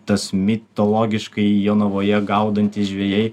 tas mitologiškai jonavoje gaudantys žvejai